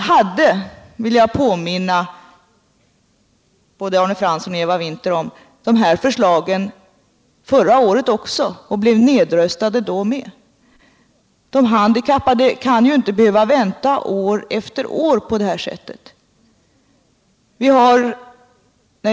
Jag vill påminna Arne Fransson och Eva Winther om att vi också förra året lade fram samma förslag som i år men då blev nedröstade. De handikappade skall väl inte behöva vänta år efter år!